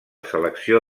selecció